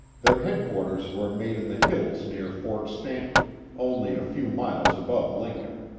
their headquarters were made in the hills near fort stanton only a few miles above lincoln.